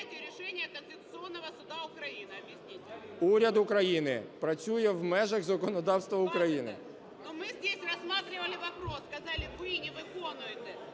Уряд України працює в межах законодавства України.